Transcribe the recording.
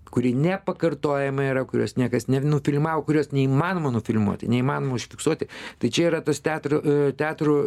kuri nepakartojama yra kurios niekas ne nu filmavo kurios neįmanoma nufilmuoti neįmanoma užfiksuoti tai čia yra tas teatro teatro